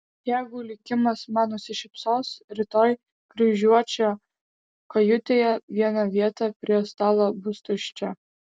jeigu likimas man nusišypsos rytoj kryžiuočio kajutėje viena vieta prie stalo bus tuščia